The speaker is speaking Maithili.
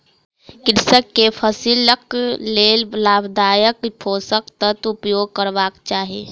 कृषक के फसिलक लेल लाभदायक पोषक तत्वक उपयोग करबाक चाही